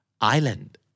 island